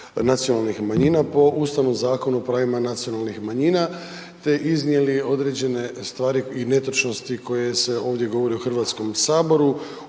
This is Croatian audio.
nacionalnih manjina po Ustavnom zakonu o pravima nacionalnih manjina te iznijeli određene stvari i netočnosti koje se ovdje govore u Hrvatskom saboru.